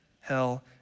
hell